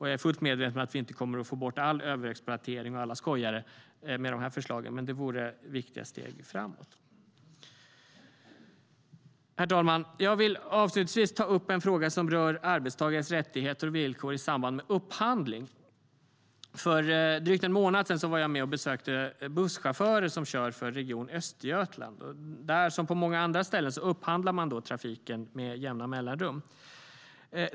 Jag är fullt medveten om att vi inte kommer att få bort all överexploatering och alla skojare med de här förslagen, men det vore viktiga steg framåt. Som på många andra ställen upphandlar man där trafiken med jämna mellanrum.